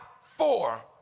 four